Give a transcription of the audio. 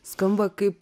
skamba kaip